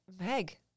Meg